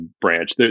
branch